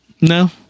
no